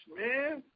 man